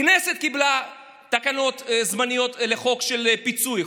הכנסת קיבלה תקנות זמניות לחוק של פיצוי,